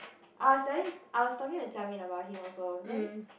I was telling I was talking to Jia-Min about him also then